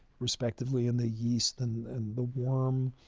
respectively in the yeast and the worm?